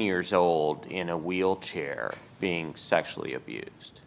years old in a wheelchair being sexually abused